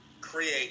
create